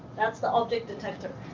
that's the object detector.